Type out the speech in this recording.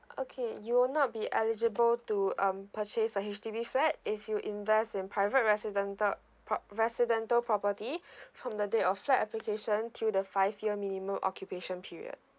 okay you will not be eligible to um purchase a H_D_B flat if you invest in private residential prop~ residential property from the date of flat application till the five year minimum occupation period